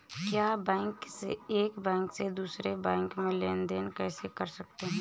एक बैंक से दूसरे बैंक में लेनदेन कैसे कर सकते हैं?